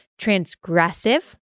transgressive